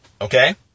Okay